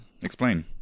Explain